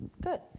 Good